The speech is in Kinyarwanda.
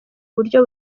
buryo